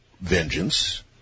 vengeance